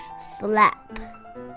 Slap